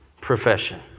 profession